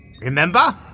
Remember